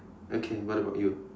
okay what about you